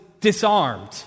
disarmed